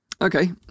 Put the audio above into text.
Okay